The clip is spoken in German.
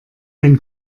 ein